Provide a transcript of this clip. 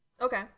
Okay